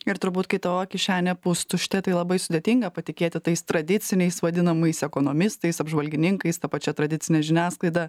ir turbūt kai tavo kišenė pustuštė tai labai sudėtinga patikėti tais tradiciniais vadinamais ekonomistais apžvalgininkais ta pačia tradicine žiniasklaida